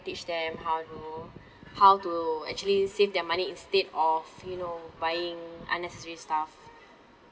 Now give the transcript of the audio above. teach them how to how to actually save their money instead of you know buying unnecessary stuff